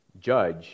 judge